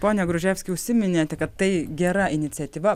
pone gruževski užsiminėte kad tai gera iniciatyva